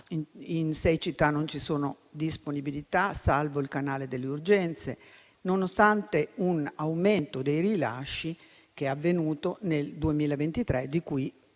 in sei città non ci sono disponibilità, salvo il canale delle urgenze, nonostante un aumento dei rilasci avvenuto nel 2023, di cui